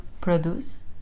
produce